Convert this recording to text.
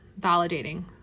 validating